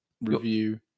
Review